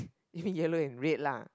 you mean yellow and red lah